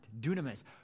dunamis